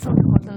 עשר דקות לרשותך.